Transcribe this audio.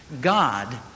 God